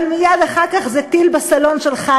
אבל מייד אחר כך זה טיל בסלון שלך,